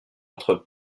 entre